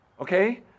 okay